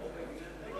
לא בעניין טרור,